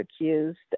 accused